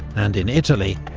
and in italy,